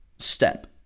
step